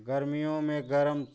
गर्मियों में गरम